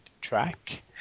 track